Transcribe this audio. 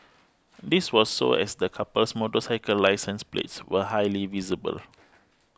this was so as the couple's motorcycle license plates were highly visible